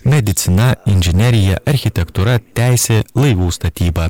medicina inžinerija architektūra teisė laivų statyba